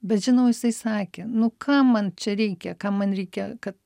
bet žinau jisai sakė nu kam man čia reikia ką man reikia kad